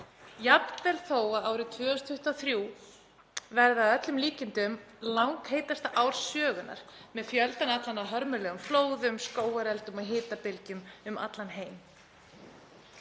jafnvel þó að árið 2023 verði að öllum líkindum langheitasta ár sögunnar með fjöldann allan af hörmulegum flóðum, skógareldum og hitabylgjum um allan heim.